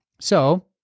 so-